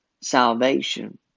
salvation